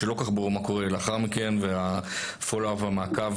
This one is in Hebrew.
שלא כל כך ברור מה קורה לאחר מכן והפולו-אפ והמעקב,